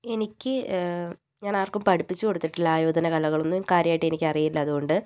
എനിക്ക് ഞാൻ ആർക്കും പഠിപ്പിച്ചു കൊടുത്തിട്ടില്ല ആയോധനകലകളൊന്നും കാര്യമായിട്ട് എനിക്ക് അറിയില്ല അതുകൊണ്ട്